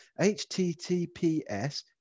HTTPS